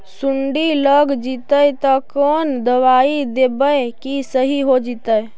सुंडी लग जितै त कोन दबाइ देबै कि सही हो जितै?